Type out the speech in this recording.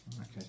okay